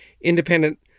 independent